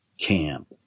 camp